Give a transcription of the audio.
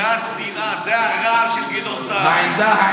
זה השנאה, זה הרעל של גדעון סער.